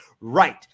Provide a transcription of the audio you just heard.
Right